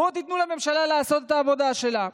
בואו תיתנו לממשלה לעשות את העבודה שלה.